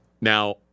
Now